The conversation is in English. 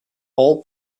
all